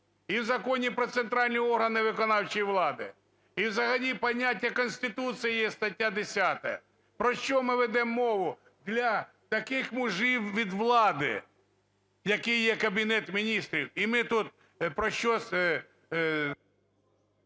і в Законі "Про центральні органи виконавчої влади", і взагалі поняття Конституції, є стаття 10. Про що ми ведемо мову? Для таких мужів від влади, яким є Кабінет Міністрів, і ми тут про що…